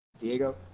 Diego